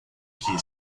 que